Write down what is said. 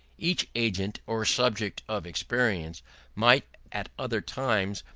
each agent or subject of experience might, at other times,